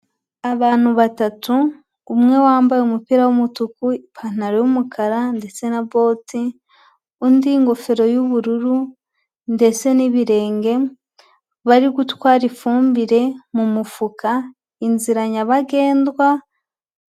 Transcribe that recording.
Abantu batatu, umwe wambaye umupira w'umutuku, ipantaro y'umukara, ndetse na bote, undi ingofero y'ubururu, ndetse n'ibirenge, bari gutwara ifumbire mu mufuka, inzira nyabagendwa.